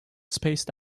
spaced